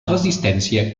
resistència